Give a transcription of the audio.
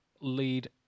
lead